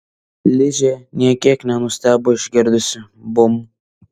ližė nė kiek nenustebo išgirdusi bum